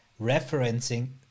referencing